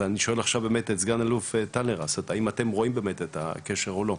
אז אני שואל עכשיו באמת את סגן-אלוף טלר האם אתם רואים את הקשר או לא.